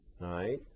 Right